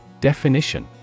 Definition